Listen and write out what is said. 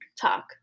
Talk